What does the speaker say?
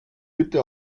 bitte